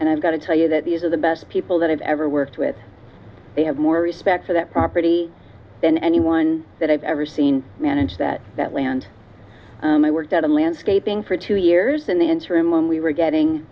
and i've got to tell you that these are the best people that i've ever worked with they have more respect for that property than anyone that i've ever seen manage that that land and i worked at a landscaping for two years in the interim when we were getting